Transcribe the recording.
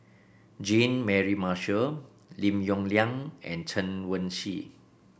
Jean Mary Marshall Lim Yong Liang and Chen Wen Hsi